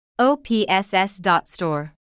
OPSS.store